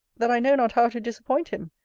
that i know not how to disappoint him,